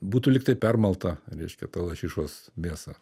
būtų lygtai permalta reiškia ta lašišos mėsa